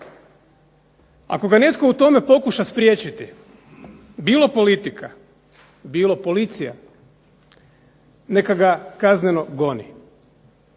Ako ga netko u tome pokuša spriječiti, bilo politika, bilo policija neka ga kazneno goni.